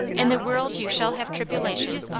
in the world you shall have tribula tion,